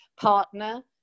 partner